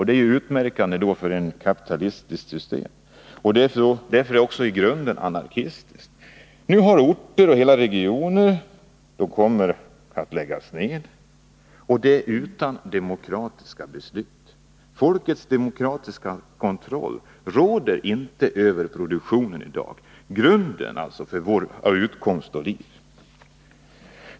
Det är utmärkande för ett kapitalistiskt system, därför är det också i grunden anarkistiskt. Nu kommer orter och hela regioner att läggas ner; och det utan demokratiska beslut. Folkets demokratiska kontroll råder inte över produktionen i dag — grunden för vår utkomst och våra liv.